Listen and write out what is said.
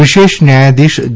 વિશેષ ન્યાયાધીશ જે